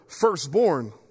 firstborn